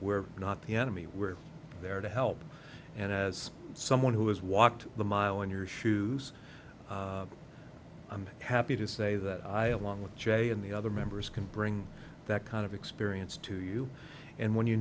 we're not the enemy we're there to help and as someone who has walked a mile in your shoes i'm happy to say that i along with jay and the other members can bring that kind of experience to you and when you